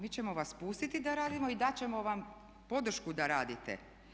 Mi ćemo vas pustiti da radite i dat ćemo vam podršku da radite.